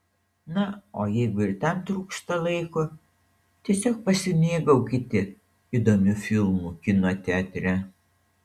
na o jeigu ir tam trūksta laiko tiesiog pasimėgaukite įdomiu filmu kino teatre